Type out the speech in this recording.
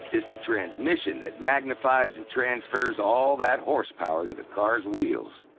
it's the transmission that magnifies and transfers all that horsepower to the car's wheels.